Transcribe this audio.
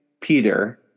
Peter